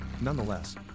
Nonetheless